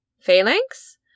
Phalanx